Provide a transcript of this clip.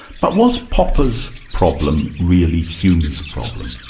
but was popper's problem really hume's problem?